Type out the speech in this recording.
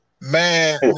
Man